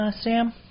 Sam